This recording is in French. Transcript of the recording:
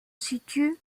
situe